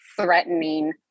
threatening